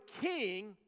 king